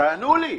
תענו לי.